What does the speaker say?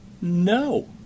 No